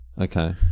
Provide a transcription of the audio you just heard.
Okay